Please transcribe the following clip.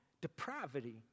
depravity